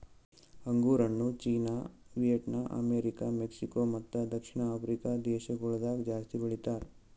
ಅಂಗುರ್ ಹಣ್ಣು China, Vietnam, America, Mexico ಮತ್ತ ದಕ್ಷಿಣ ಆಫ್ರಿಕಾ ದೇಶಗೊಳ್ದಾಗ್ ಜಾಸ್ತಿ ಬೆಳಿತಾರ್